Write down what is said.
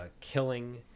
killing